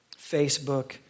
Facebook